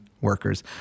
workers